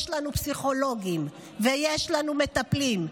יש לנו פסיכולוגים ויש לנו מטפלים,